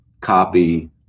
copy